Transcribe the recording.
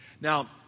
Now